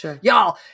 Y'all